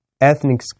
ethnic